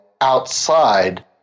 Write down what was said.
outside